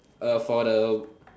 for the